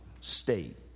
state